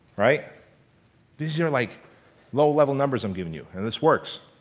right this year like low-level numbers and given you and this works